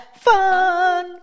fun